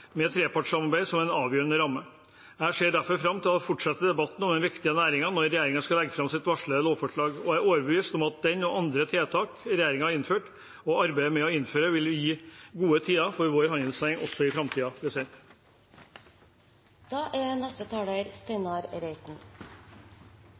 med et trepartssamarbeid som en avgjørende ramme. Jeg ser derfor fram til å fortsette debatten om denne viktige næringen når regjeringen skal legge fram sitt varslede lovforslag, og jeg er overbevist om at det og andre tiltak regjeringen har innført og arbeider med å innføre, vil gi gode tider for vår handelsnæring også i framtiden. Da